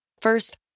First